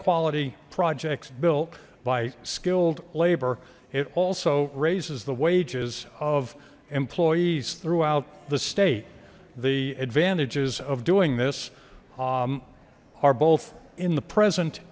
quality projects built by skilled labor it also raises the wages of employees throughout the state the advantages of doing this are both in the present